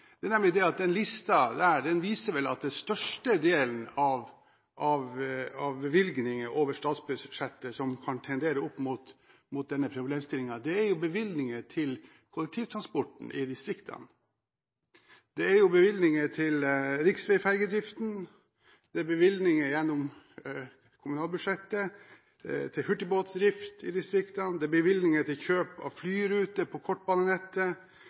Det er at den listen viser vel at den største delen av bevilgningene over statsbudsjettet som kan tendere opp mot denne problemstillingen, er bevilgninger til kollektivtransporten i distriktene. Det er bevilgninger til riksveiferjedriften, det er bevilgninger gjennom kommunalbudsjettet, til hurtigbåtdrift i distriktene, det er bevilgninger til kjøp av flyruter på kortbanenettet,